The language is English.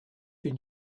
been